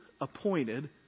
appointed